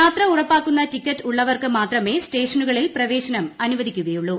യാത്ര ഉറപ്പാക്കുന്ന ടിക്കറ്റ് ഉള്ളവർക്ക് മാത്രമേ സ്റ്റേഷനുകളിൽ പ്രവേശനം അനുവദിക്കുകയുള്ളൂ